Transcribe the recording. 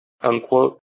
unquote